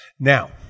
Now